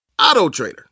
AutoTrader